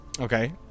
Okay